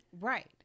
Right